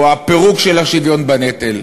או הפירוק של השוויון בנטל,